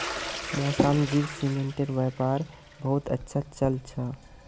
मौसाजीर सीमेंटेर व्यापार बहुत अच्छा चल छ